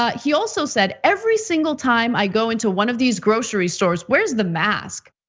ah he also said, every single time i go into one of these grocery stores, where's the mask?